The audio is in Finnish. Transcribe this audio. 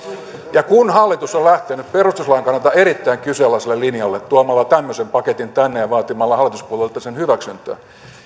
ja kun hallitus on lähtenyt perustuslain kannalta erittäin kyseenalaiselle linjalle tuomalla tämmöisen paketin tänne ja vaatimalla hallituspuolueilta sen hyväksyntää